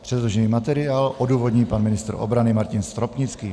Předložený materiál odůvodní pan ministr obrany Martin Stropnický.